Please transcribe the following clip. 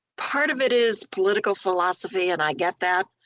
part of it is political philosophy, and i get that.